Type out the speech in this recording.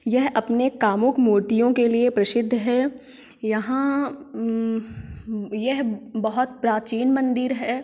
यह अपने कामुक मूर्तियों के लिए प्रसिद्ध है यहाँ यह बहुत प्राचीन मंदिर है